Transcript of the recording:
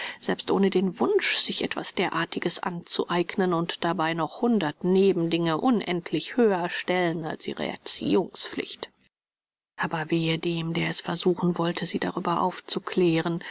selbst ohne den wunsch sich etwas derartiges anzueignen und dabei noch hundert nebendinge unendlich höher stellend als ihre erziehungspflicht aber wehe dem der es versuchen wollte sie darüber aufzuklären